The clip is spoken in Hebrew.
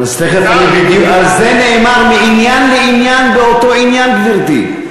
על זה נאמר: מעניין לעניין באותו עניין, גברתי.